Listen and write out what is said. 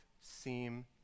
seem